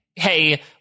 hey